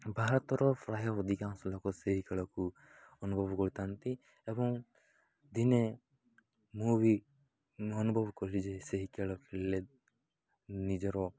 ଭାରତର ପ୍ରାୟ ଅଧିକାଂଶ ଲୋକ ସେହି ଖେଳକୁ ଅନୁଭବ କରିଥାନ୍ତି ଏବଂ ଦିନେ ମୁଁ ବି ଅନୁଭବ କଲି ଯେ ସେହି ଖେଳ ଖେଳିଲେ ନିଜର